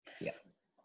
Yes